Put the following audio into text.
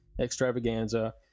extravaganza